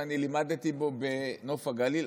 שלימדתי בו בנוף הגליל,